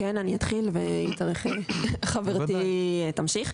כן, אני אתחיל ואם צריך חברתי תמשיך.